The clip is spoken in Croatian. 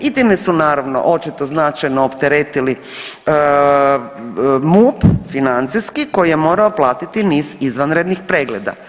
I time su naravno očito značajno opteretili MUP financijski koji je morao platiti niz izvanrednih pregleda.